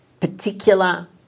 particular